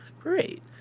great